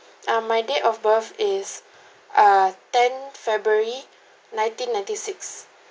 ah my date of birth is err ten february nineteen ninety six